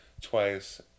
twice